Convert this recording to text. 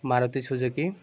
Maruti Suzuki